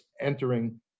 entering